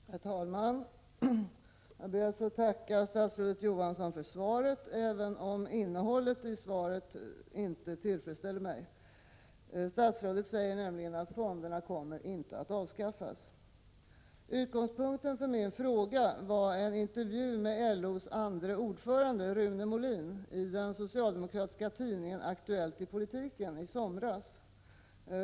Herr talman! Jag ber att få tacka statsrådet Johansson för svaret, även om innehållet i svaret inte tillfredsställer mig. Statsrådet säger nämligen att fonderna inte kommer att avskaffas. Utgångspunkten för min fråga var en intervju med LO:s andre ordförande Rune Molin i den socialdemokratiska tidningen Aktuellt i politiken i somras.